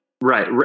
Right